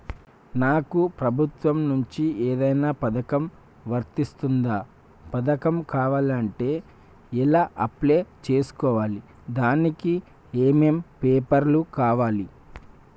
నాకు ప్రభుత్వం నుంచి ఏదైనా పథకం వర్తిస్తుందా? పథకం కావాలంటే ఎలా అప్లై చేసుకోవాలి? దానికి ఏమేం పేపర్లు కావాలి?